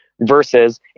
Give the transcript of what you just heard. versus